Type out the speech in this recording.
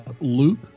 Luke